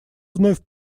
вновь